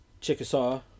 chickasaw